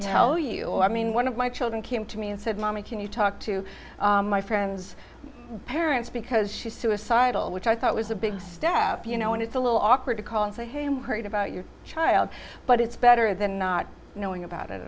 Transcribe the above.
tell you i mean one of my children came to me and said mommy can you talk to my friend's parents because she's suicidal which i thought was a big step you know and it's a little awkward to call and say hey i'm worried about your child but it's better than not knowing about it